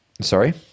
sorry